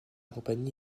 compagnie